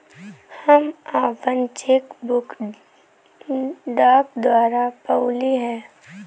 हम आपन cheque book डाक द्वारा पउली है